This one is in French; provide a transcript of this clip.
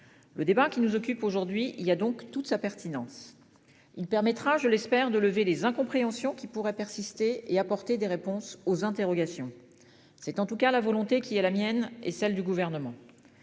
Le débat qui nous occupe aujourd'hui, il y a donc toute sa pertinence. Il permettra, je l'espère, de lever les incompréhensions qui pourraient persister et apporter des réponses aux interrogations. C'est en tout cas la volonté qui est la mienne et celle du gouvernement.